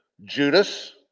Judas